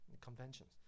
conventions